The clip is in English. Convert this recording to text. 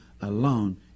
alone